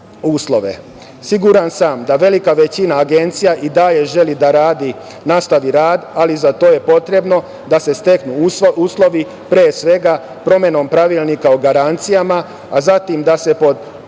uslove. Siguran sam da velika većina agencija i dalje želi da nastavi rad, ali za to je potrebno da se steknu uslovi, pre svega promenom pravilnika o garancijama, a zatim da se pod